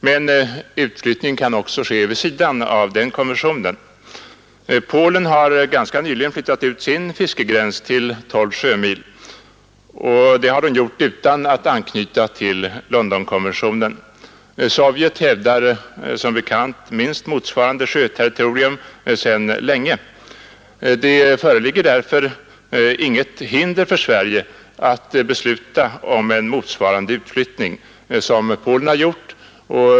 Men utflyttning kan också ske vid sidan av den konventionen. Polen har ganska nyligen flyttat ut sin fiskegräns till 12 sjömil utan att anknyta till Londonkonventionen. Sovjet hävdar som bekant minst motsvarande sjöterritorium sedan länge. Det föreligger därför inget hinder för Sverige att besluta om en sådan utflyttning som Polen har gjort.